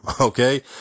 okay